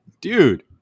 dude